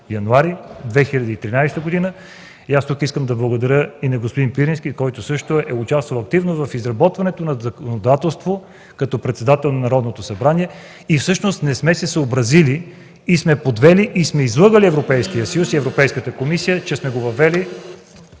януари 2013 г. Тук искам да благодаря на господин Пирински, който също е участвал активно в изработването на законодателство като председател на Народното събрание. Всъщност не сме се съобразили и сме подвели и излъгали Европейския съюз и Европейската комисия, че сме въвели